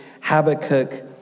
Habakkuk